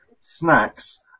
snacks